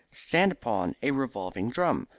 stand upon a revolving drum,